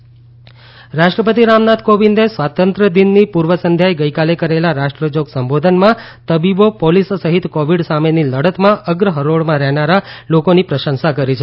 રાષ્ટ્રપતિ સંબોધન રાષ્ટ્રપતિ રામનાથ કોવિંદે સ્વાતંત્યદિનની પૂર્વ સંધ્યાએ ગઇકાલે કરેલા રાષ્ટ્રજોગ સંબોધનમાં તબીબો પોલીસ સહિત કોવીડ સામેની લડતમાં અગ્ર હરોળમાં રહેનારા લોકોની પ્રશંસા કરી છે